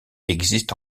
existe